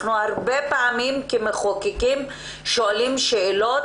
הרבה פעמים כמחוקקים אנחנו שואלים שאלות